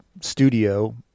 studio